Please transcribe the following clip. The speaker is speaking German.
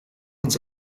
uns